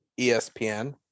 ESPN